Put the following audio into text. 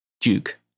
Duke